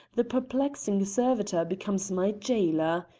the perplexing servitor becomes my jailer.